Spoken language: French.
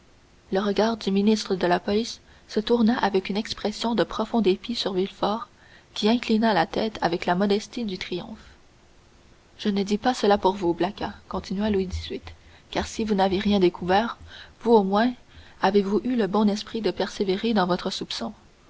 le regard du ministre de la police se tourna avec une expression de profond dépit sur villefort qui inclina la tête avec la modestie du triomphe je ne dis pas cela pour vous blacas continua louis xviii car si vous n'avez rien découvert vous au moins avez-vous eu le bon esprit de persévérer dans votre soupçon